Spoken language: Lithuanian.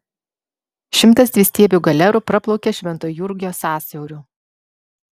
šimtas dvistiebių galerų praplaukė švento jurgio sąsiauriu